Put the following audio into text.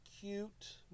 Cute